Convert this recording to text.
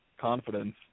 confidence